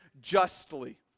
justly